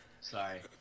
Sorry